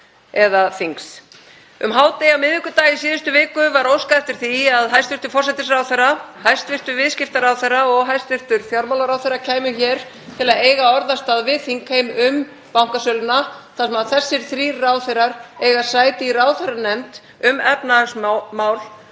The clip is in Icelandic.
Um hádegi á miðvikudag í síðustu viku var óskað eftir því að hæstv. forsætisráðherra, hæstv. viðskiptaráðherra og hæstv. fjármálaráðherra, kæmu hér til að eiga orðastað við þingheim um bankasöluna þar sem þessir þrír ráðherrar eiga sæti í ráðherranefnd um efnahagsmál